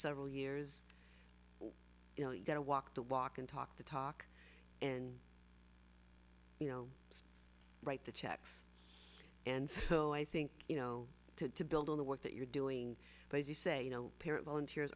several years you know you gotta walk the walk and talk the talk and you know write the checks and so i think you know to build on the work that you're doing but as you say you know parent volunteers